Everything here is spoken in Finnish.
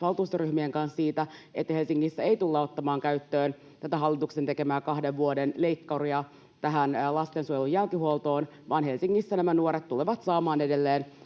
valtuustoryhmien kanssa siitä, että Helsingissä ei tulla ottamaan käyttöön tätä hallituksen tekemää kahden vuoden leikkuria lastensuojelun jälkihuoltoon vaan Helsingissä nämä nuoret tulevat saamaan edelleen